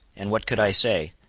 and what could i say?